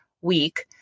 week